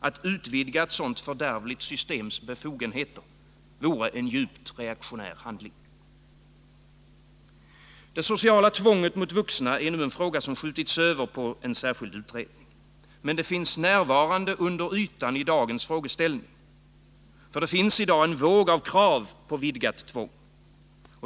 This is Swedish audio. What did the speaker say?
Att utvidga ett sådant fördärvligt systems befogenheter vore en djupt reaktionär handling. Det sociala tvånget mot vuxna är en fråga som skjutits över på en särskild utredning. Men det finns närvarande under ytan i dagens frågeställning. Det finns i dag en våg av krav på vidgat tvång.